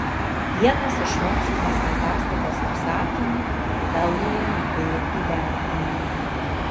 vienas iš mokslinės fantastikos apsakymų pelno jam b įvertinimą